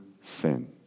sin